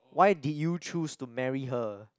why did you choose to marry her